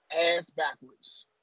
ass-backwards